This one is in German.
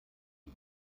die